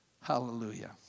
Hallelujah